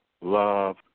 love